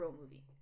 movie